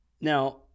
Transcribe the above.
Now